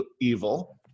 evil